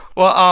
well,